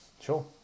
Sure